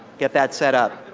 get that set up.